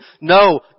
No